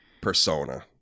Persona